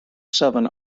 seven